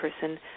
person